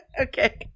Okay